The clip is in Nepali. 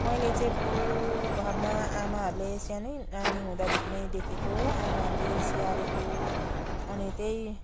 मैले चाहिँ फुल घरमा आमाहरूले सानै नानी हुँदादेखि नै देखेको आमाहरूले स्याहारेको अनि त्यही